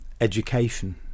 education